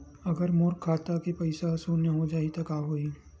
अगर मोर खाता के पईसा ह शून्य हो जाही त का होही?